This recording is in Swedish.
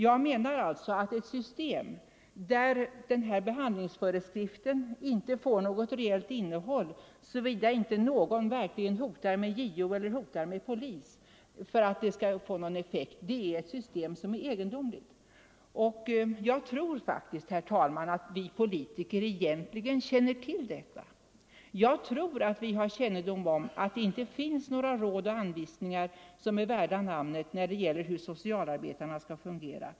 Jag menar att ett system med en behandlingsföreskrift som inte får något reellt innehåll så vida inte någon hotar med JO eller polis är egendomligt. Jag tror faktiskt, herr talman, att vi politiker egentligen känner till detta. Jag tror att vi har kännedom om att det inte finns några råd och anvisningar som är värda namnet när det gäller hur socialarbetarna skall fungera.